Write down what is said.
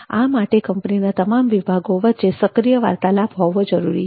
આ માટે કંપનીના તમામ વિભાગો વચ્ચે સક્રિય વાર્તાલાપ હોવો જરૂરી છે